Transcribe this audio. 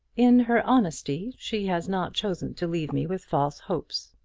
in her honesty she has not chosen to leave me with false hopes,